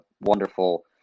wonderful